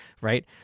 Right